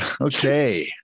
okay